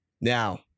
now